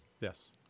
Yes